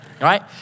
right